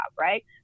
right